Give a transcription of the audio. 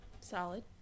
Solid